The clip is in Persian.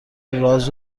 راز